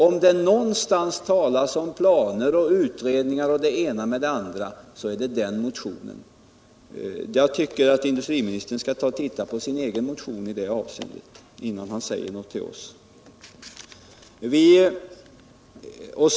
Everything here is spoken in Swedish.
Om det någonstans talas om planer och utredningar och det ena med det andra, så är det i den. Jag tycker att industriministern skall titta på sin egen proposition i det avseendet, innan han säger någonting till oss.